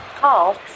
Call